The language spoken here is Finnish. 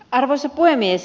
arvoisa puhemies